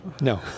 No